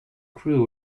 crew